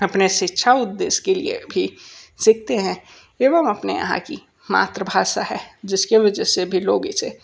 अपने शिक्षा उद्देश्य के लिए भी सीखते हैं एवं अपने यहाँ की मातृभाषा है जिसके वजह से भी लोग इसे